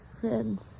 friends